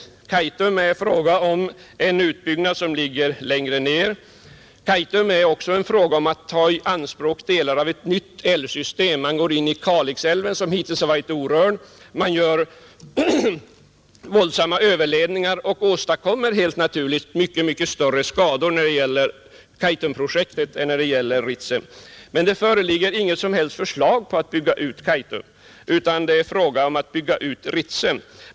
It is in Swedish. Utbyggnaden av Kaitum är en fråga som ligger längre fram. Kaitum är också en fråga om att ta i anspråk delar av ett nytt älvsystem — man går in i Kalixälven som hittills varit orörd, man gör våldsamma överledningar och åstadkommer helt naturligt mycket större skador enligt Kaitumprojektet än enligt Ritsemprojektet. Här föreligger inget som helst förslag om att bygga ut Kaitum — det är fråga om att bygga ut Ritsem.